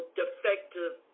defective